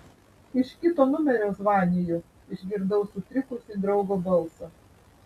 iš kito numerio zvaniju išgirdau sutrikusį draugo balsą